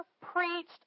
preached